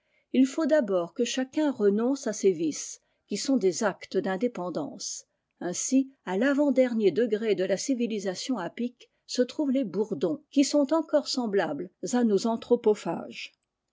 il faut d'abord que chacun renonce à des vices qui sont des actes d'indépendance ainsi à l'avant-dernier degré de la civilisation apique se trouvent les bourdons qui sont encore semblables à nos